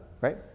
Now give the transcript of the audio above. right